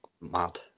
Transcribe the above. mad